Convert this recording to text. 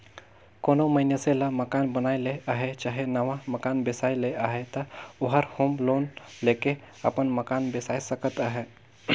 कोनो मइनसे ल मकान बनाए ले अहे चहे नावा मकान बेसाए ले अहे ता ओहर होम लोन लेके अपन मकान बेसाए सकत अहे